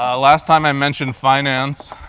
ah last time i mentioned finance